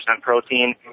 protein